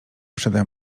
przede